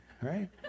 right